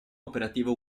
operativo